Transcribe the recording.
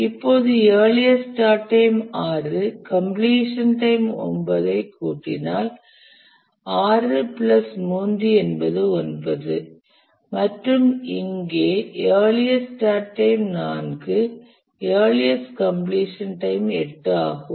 இப்போது earliest start time 6 completion time 9 கூட்டினால் 6 plus 3 என்பது 9 மற்றும் இங்கே earliest start time 4 earliest completion time 8 ஆகும்